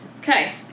Okay